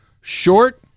Short